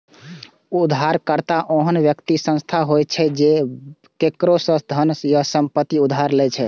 उधारकर्ता ओहन व्यक्ति या संस्था होइ छै, जे केकरो सं धन या संपत्ति उधार लै छै